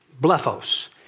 Blephos